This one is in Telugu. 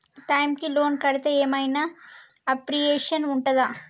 టైమ్ కి లోన్ కడ్తే ఏం ఐనా అప్రిషియేషన్ ఉంటదా?